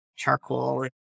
Charcoal